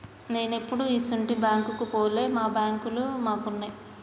నేనెప్పుడూ ఇసుంటి బాంకుకు పోలే, మా బాంకులు మాకున్నయ్